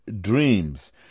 dreams